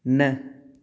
न